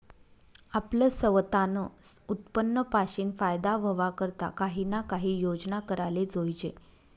आपलं सवतानं उत्पन्न पाशीन फायदा व्हवा करता काही ना काही योजना कराले जोयजे